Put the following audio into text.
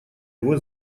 его